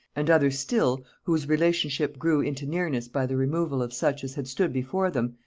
and others still, whose relationship grew into nearness by the removal of such as had stood before them,